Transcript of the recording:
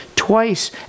Twice